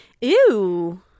Ew